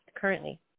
currently